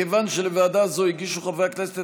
מכיוון שלוועדה זו הגישו חברי הכנסת